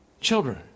children